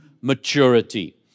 maturity